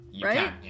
right